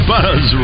Buzz